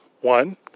One